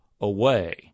away